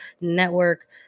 Network